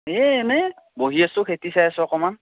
এই এনেই বহি আছোঁ খেতি চাই আছোঁ অকণমান